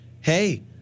hey